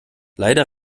leider